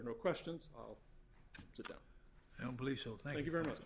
no questions i don't believe so thank you very much